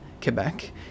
Quebec